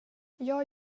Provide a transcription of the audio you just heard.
jag